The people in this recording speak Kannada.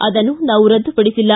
ಅದನ್ನು ನಾವು ರದ್ದುಪಡಿಸಿಲ್ಲ